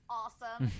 awesome